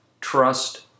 trust